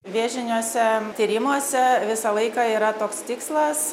vėžiniuose tyrimuose visą laiką yra toks tikslas